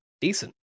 decent